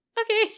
okay